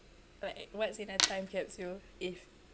like what's in a time capsule if